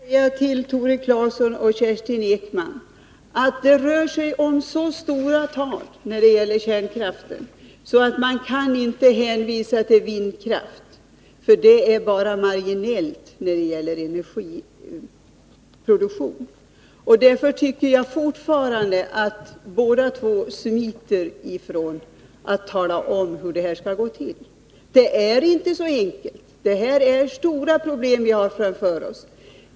Herr talman! Det rör sig, Tore Claeson och Kerstin Ekman, om så stora tal när det gäller kärnkraften att man inte kan hänvisa till vindkraften, för den kan bara bidra marginellt i energiproduktionen. Därför tycker jag fortfarande att båda två smiter ifrån uppgiften att tala om hur det skall gå till att ersätta kärnkraften. Det är inte så enkelt — det är stora problem vi har framför oss.